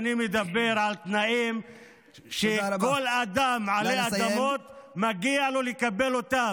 אני מדבר בסך הכול על תנאים שלכל אדם עלי אדמות מגיע לקבל אותם.